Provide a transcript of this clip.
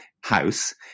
House